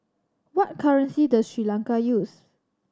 what currency does Sri Lanka use